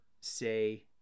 say